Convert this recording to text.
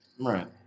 right